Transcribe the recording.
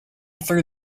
through